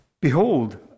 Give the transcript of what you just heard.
behold